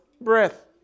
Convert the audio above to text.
breath